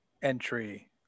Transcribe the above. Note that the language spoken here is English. Entry